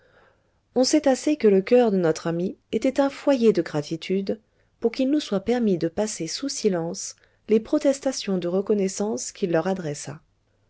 on sait assez que le coeur de notre ami était un foyer de gratitude pour qu'il nous soit permis de passer sous silence les protestations de reconnaissance qu'il leur adressa